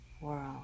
world